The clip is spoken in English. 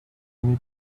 need